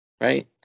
right